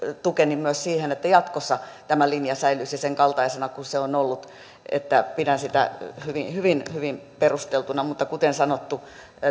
tukeni myös siihen että jatkossa tämä linja säilyisi sen kaltaisena kuin se on ollut pidän sitä hyvin hyvin hyvin perusteltuna mutta kuten sanottu